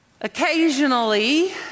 Occasionally